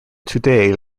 today